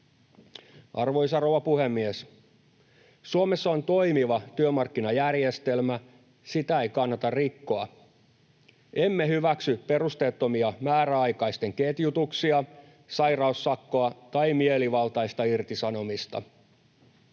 Arvoisa rouva puhemies! Suomessa on toimiva työmarkkinajärjestelmä. Sitä ei kannata rikkoa. Emme hyväksy perusteettomia määräaikaisten ketjutuksia, sairaussakkoa tai mielivaltaista irtisanomista.